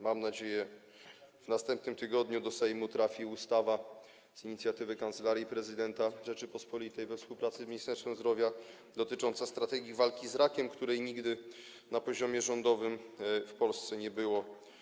Mam nadzieję, że w następnym tygodniu do Sejmu trafi ustawa, z inicjatywy Kancelarii Prezydenta Rzeczypospolitej we współpracy z Ministerstwem Zdrowia, dotycząca strategii walki z rakiem, której nigdy na poziomie rządowym w Polsce nie było.